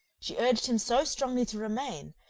she urged him so strongly to remain,